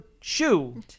shoe